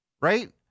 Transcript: right